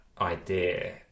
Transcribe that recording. idea